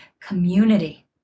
community